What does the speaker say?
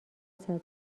صدام